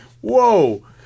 whoa